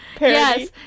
Yes